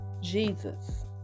Jesus